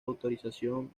autorización